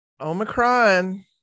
Omicron